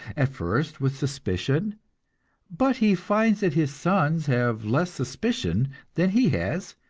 at first with suspicion but he finds that his sons have less suspicion than he has,